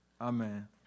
Amen